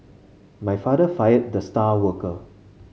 my father fired the star worker